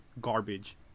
garbage